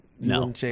No